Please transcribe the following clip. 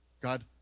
God